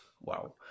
Wow